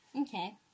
okay